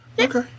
Okay